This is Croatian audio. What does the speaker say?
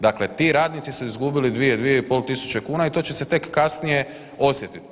Dakle, ti radnici su izgubili 2.000, 2.500 kuna i to će se tek kasnije osjetiti.